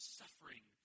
suffering